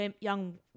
young